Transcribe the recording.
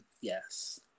Yes